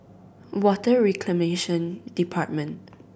Water Reclamation Department